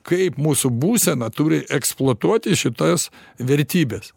kaip mūsų būsena turi eksploatuoti šitas vertybes